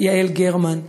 יעל גרמן,